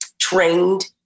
trained